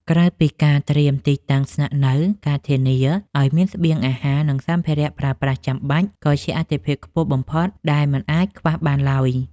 ក្រៅពីការត្រៀមទីតាំងស្នាក់នៅ ការធានាឱ្យមានស្បៀងអាហារ និងសម្ភារៈប្រើប្រាស់ចាំបាច់ ក៏ជាអាទិភាពខ្ពស់បំផុតដែលមិនអាចខ្វះបានឡើយ។